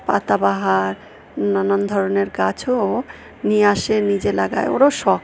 পাতাবাহার নানান ধরনের গাছও ও নিয়ে আসে নিজে লাগায় ওরও শখ